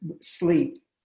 sleep